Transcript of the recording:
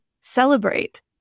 celebrate